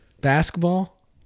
basketball